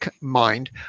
mind